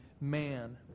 man